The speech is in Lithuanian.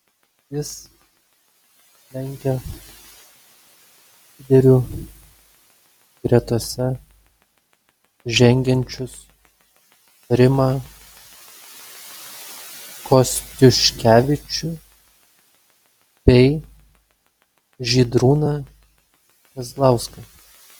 jis lenkia lyderių gretose žengiančius rimą kostiuškevičių bei žydrūną kazlauską